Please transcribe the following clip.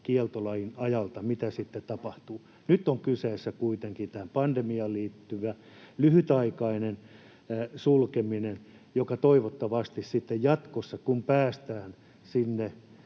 kieltolain ajalta siitä, mitä sitten tapahtuu. Nyt on kyseessä kuitenkin tähän pandemiaan liittyvä lyhytaikainen sulkeminen, ja toivottavasti sitten jatkossa, kun päästään sinne,